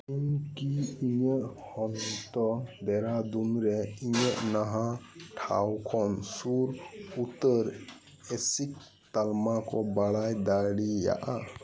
ᱤᱧ ᱠᱤ ᱤᱧᱟᱹᱜ ᱦᱚᱱᱛᱚ ᱫᱮᱨᱟᱫᱩᱱ ᱨᱮ ᱤᱧᱟᱹᱜ ᱱᱟᱦᱟᱜ ᱴᱷᱟᱶ ᱠᱷᱚᱱ ᱥᱩᱨ ᱩᱛᱟᱹᱨ ᱮᱥᱤᱠ ᱛᱟᱞᱢᱟ ᱠᱚ ᱵᱟᱲᱟᱭ ᱫᱟᱲᱤᱭᱟᱜᱼᱟ